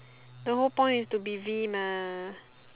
the whole point is too busy mah